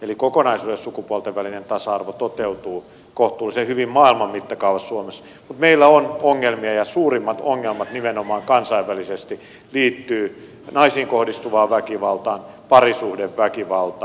eli kokonaisuudessaan sukupuolten välinen tasa arvo toteutuu suomessa kohtuullisen hyvin maailman mittakaavassa mutta meillä on ongelmia ja suurimmat ongelmat nimenomaan kansainvälisesti liittyvät naisiin kohdistuvaan väkivaltaan parisuhdeväkivaltaan